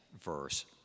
verse